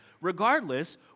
Regardless